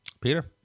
Peter